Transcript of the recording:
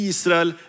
Israel